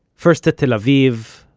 first to tel aviv,